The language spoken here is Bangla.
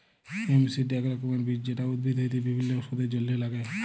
হেম্প সিড এক রকমের বীজ যেটা উদ্ভিদ হইতে বিভিল্য ওষুধের জলহে লাগ্যে